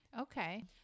Okay